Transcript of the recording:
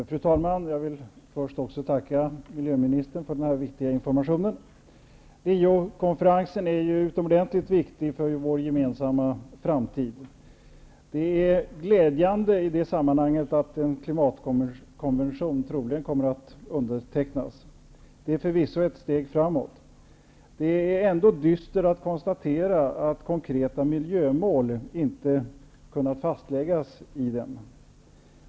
Fru talman! Jag vill först tacka miljöministern för denna viktiga information. Riokonferensen är utomordentligt viktig för vår gemensamma framtid. Det är i detta sammanhang glädjande att en klimatkonvention troligen kommer att undertecknas. Det är förvisso ett steg framåt. Det är ändå dystert att konstatera att man inte kunnat fastlägga konkreta miljömål i den.